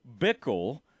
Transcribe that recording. Bickle